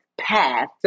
path